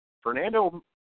Fernando